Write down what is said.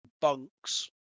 bunks